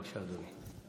בבקשה, אדוני.